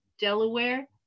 Delaware